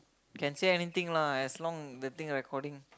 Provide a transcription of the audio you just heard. can say anything lah as long the thing recording